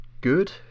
Good